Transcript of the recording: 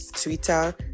Twitter